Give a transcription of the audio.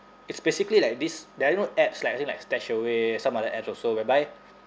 it's basically like this there are you know apps like as in like stashaway some other apps also whereby